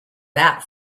that